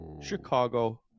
chicago